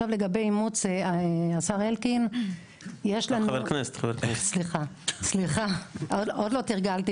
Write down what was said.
לגבי אימוץ - זה נושא מאוד עדין